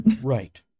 Right